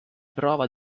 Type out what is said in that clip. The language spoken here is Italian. prova